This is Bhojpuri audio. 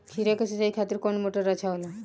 खीरा के सिचाई खातिर कौन मोटर अच्छा होला?